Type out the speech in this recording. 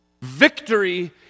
Victory